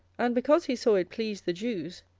and because he saw it pleased the jews,